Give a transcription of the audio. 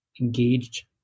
engaged